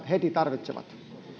heti tarvitsevat